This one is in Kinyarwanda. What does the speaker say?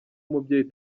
umubyeyi